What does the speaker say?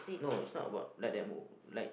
no it's not about light demo like